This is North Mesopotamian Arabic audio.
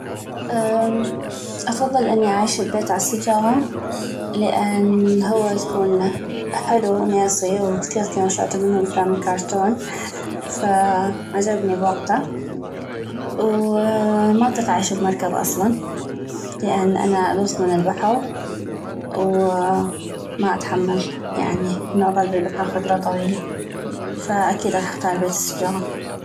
افضل اني اعيش ابيت عل سجغة لان هو يكون حلو ونيصي وكثيغ غشعتو منو بالفلام كارتون فعجبني بوقتا وما اطيق اعيش بمركب اصلا لان انا ادوخ من البحغ و ما اتحمل انو اظل بالبحغ فترة طويلي فاكيد غاح اختار بيت السجغة